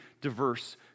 diverse